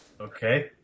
Okay